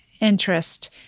interest